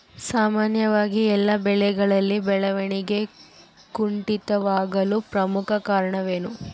ಸಾಮಾನ್ಯವಾಗಿ ಎಲ್ಲ ಬೆಳೆಗಳಲ್ಲಿ ಬೆಳವಣಿಗೆ ಕುಂಠಿತವಾಗಲು ಪ್ರಮುಖ ಕಾರಣವೇನು?